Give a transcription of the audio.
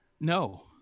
No